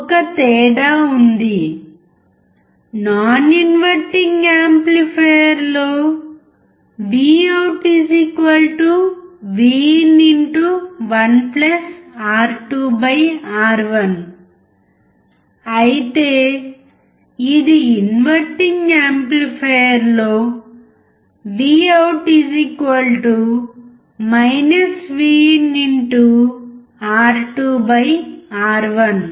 ఒకే తేడా ఉంది non inverting amplifier లో Vout V in 1 R 2 R 1 అయితే ఇది ఇన్వర్టింగ్ యాంప్లిఫైయర్ లో V out VinR2R1